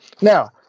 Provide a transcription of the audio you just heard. Now